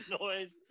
noise